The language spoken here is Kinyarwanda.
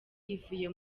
ivuye